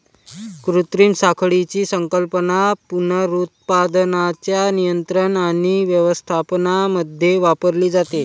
कृत्रिम साखळीची संकल्पना पुनरुत्पादनाच्या नियंत्रण आणि व्यवस्थापनामध्ये वापरली जाते